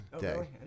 day